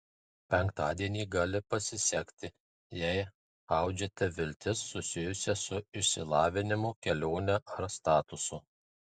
penktadienį gali pasisekti jei audžiate viltis susijusias su išsilavinimu kelione ar statusu